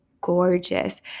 gorgeous